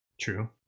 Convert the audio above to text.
True